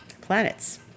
planets